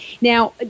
Now